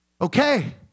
Okay